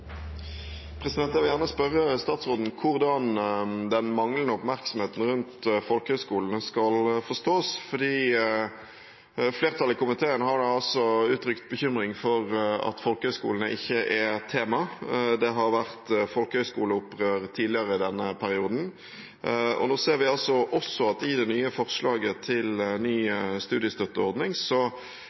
det. Jeg vil gjerne spørre statsråden hvordan den manglende oppmerksomheten rundt folkehøyskolene skal forstås, fordi flertallet i komiteen har uttrykt bekymring for at folkehøyskolene ikke er tema. Det har vært folkehøyskoleopprør tidligere i denne perioden, og nå ser vi også at i det nye forslaget til ny studiestøtteordning